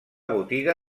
botiga